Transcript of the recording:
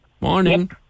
morning